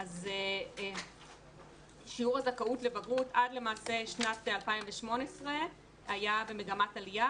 אז שיעור הזכאות לבגרות עד למעשה שנת 2018 היה במגמת עלייה